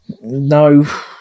No